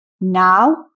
now